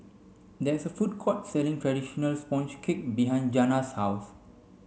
there is a food court selling traditional sponge cake behind Jana's house